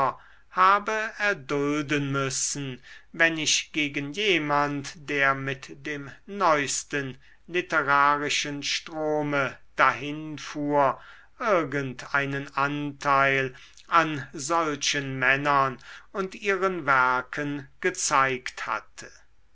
habe erdulden müssen wenn ich gegen jemand der mit dem neusten literarischen strome dahinfuhr irgend einen anteil an solchen männern und ihren werken gezeigt hatte